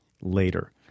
later